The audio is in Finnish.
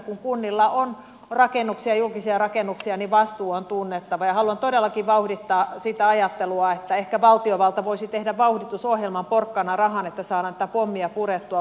kun kunnilla on rakennuksia julkisia rakennuksia niin vastuu on tunnettava ja haluan todellakin vauhdittaa sitä ajattelua että ehkä valtiovalta voisi tehdä vauhditusohjelman porkkanarahan että saadaan tätä pommia purettua